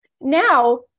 now